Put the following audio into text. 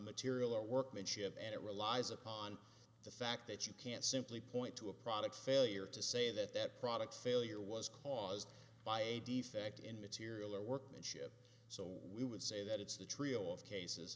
material or workmanship and it relies upon the fact that you can't simply point to a product failure to say that that product failure was caused by a defect in material or workmanship so we would say that it's the trio of cases